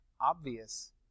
obvious